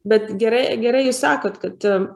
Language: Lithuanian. bet gerai gerai jūs sakot kad